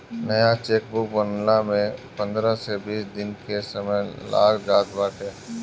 नया चेकबुक बनला में पंद्रह से बीस दिन के समय लाग जात बाटे